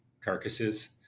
carcasses